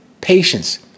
patience